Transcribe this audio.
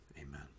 Amen